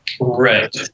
Right